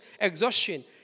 exhaustion